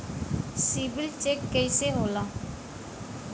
CIBIL check कइसे होला?